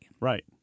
Right